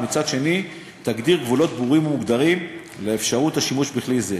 ומצד שני תגדיר גבולות ברורים ומוגדרים לאפשרות השימוש בכלי זה.